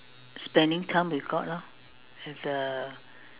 spending time with God lor with the